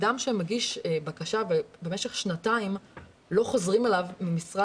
אדם שמגיש בקשה ובמשך שנתיים לא חוזרים אליו מאגף